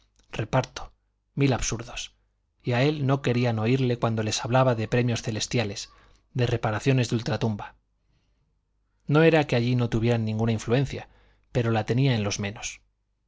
reparto mil absurdos y a él no querían oírle cuando les hablaba de premios celestiales de reparaciones de ultra tumba no era que allí no tuviera ninguna influencia pero la tenía en los menos